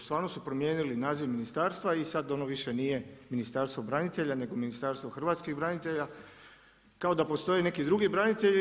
Stvarno su primijenili naziv ministarstva i sad ono više nije Ministarstvo branitelja, nego Ministarstvo hrvatskih branitelja, kao da postoji neki drugi branitelji.